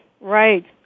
right